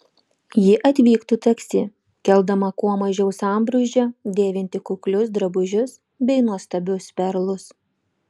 ji atvyktų taksi keldama kuo mažiau sambrūzdžio dėvinti kuklius drabužius bei nuostabius perlus